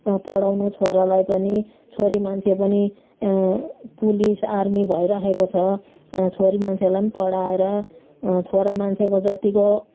पढाउनु छोरालाई पनि छोरी मान्छे पनि पुलिस आर्मी भइरहेको छ छोरी मान्छेलाई पनि पढाएर छोरा मान्छेको जत्तिको